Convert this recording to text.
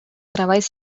treballs